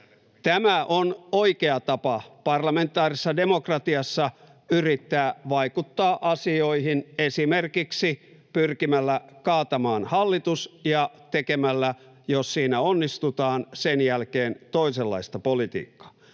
Tämä on oikea tapa parlamentaarisessa demokratiassa yrittää vaikuttaa asioihin, esimerkiksi pyrkimällä kaatamaan hallitus ja tekemällä, jos siinä onnistutaan, sen jälkeen toisenlaista politiikkaa.